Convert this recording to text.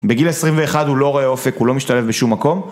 בגיל 21 הוא לא רואה אופק, הוא לא משתלב בשום מקום.